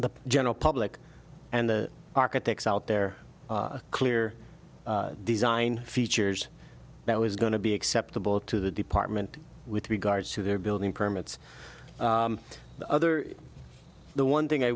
the general public and the architects out there a clear design features that was going to be acceptable to the department with regards to their building permits the other the one thing i